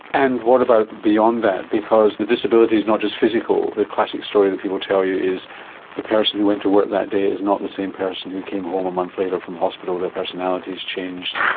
and what about beyond that because the disability is not just physical, the classic story that people tell you is the person who went to work that day is not the same person who came home a month later from hospital their personality has changed,